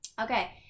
Okay